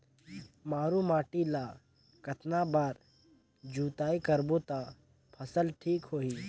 मारू माटी ला कतना बार जुताई करबो ता फसल ठीक होती?